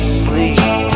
sleep